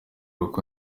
uko